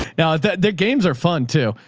now that their games are fun too.